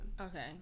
Okay